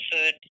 food